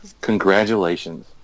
Congratulations